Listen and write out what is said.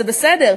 זה בסדר,